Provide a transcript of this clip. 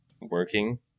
working